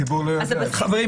כי אי-אפשר.